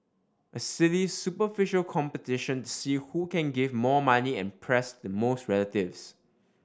a silly superficial competition see who can give more money and press the most relatives